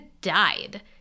died